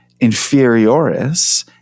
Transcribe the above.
inferioris